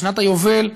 בשנת היובל,